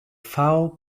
foul